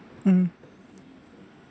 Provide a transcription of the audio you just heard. mm